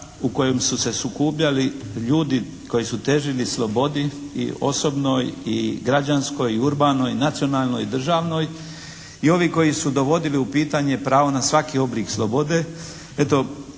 u kojem su se sukubljali ljudi koji su težili slobodi i osobnoj i građanskoj i urbanoj i nacionalnoj i državnoj i ovi koji su dovodili u pitanje pravo na svaki oblik slobode